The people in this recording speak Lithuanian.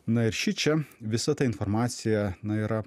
na ir šičia visa ta informacija na yra